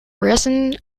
resin